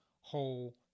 whole